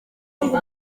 ngo